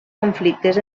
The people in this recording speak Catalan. conflictes